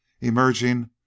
emerging